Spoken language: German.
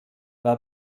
war